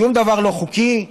שום דבר לא חוקי,